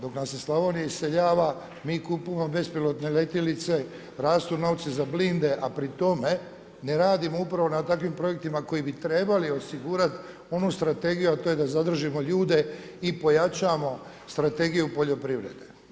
Dok nam se Slavonija iseljava mi kupujemo bespilotne letjelice, rastu novci za blinde, a pri tome ne radimo upravo na takvim projektima koji bi trebali osigurati onu strategiju, a to je da zadržimo ljude i pojačamo strategiju poljoprivrede.